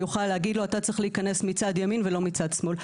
אוכל להגיד לו אתה צריך להיכנס מצד ימין ולא מצד שמאל.